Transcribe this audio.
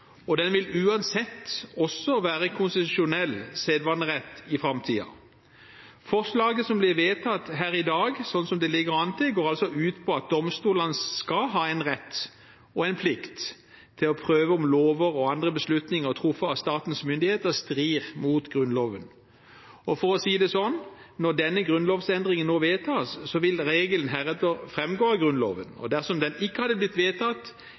og den vil uansett også være konstitusjonell sedvanerett i framtiden. Forslaget som blir vedtatt her i dag, som det ligger an til, går altså ut på at domstolene skal ha en rett og en plikt til å prøve om «lover og andre beslutninger truffet av statens myndigheter» strider mot Grunnloven. For å si det sånn: Når denne grunnlovsendringen nå vedtas, vil regelen heretter framgå av Grunnloven. Dersom den ikke hadde blitt vedtatt,